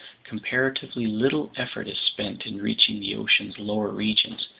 comparatively little effort is spent in reaching the ocean's lower regions,